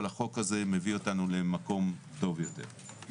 החוק הזה מביא אותנו למקום טוב יותר.